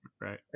right